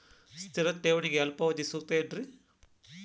ಸ್ಥಿರ ಠೇವಣಿಗೆ ಅಲ್ಪಾವಧಿ ಸೂಕ್ತ ಏನ್ರಿ?